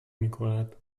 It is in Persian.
میکند